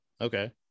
okay